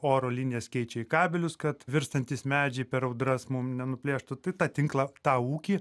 oro linijas keičia į kabelius kad virstantys medžiai per audras mum nenuplėštų tai tą tinklą tą ūkį